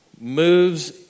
moves